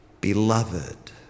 Beloved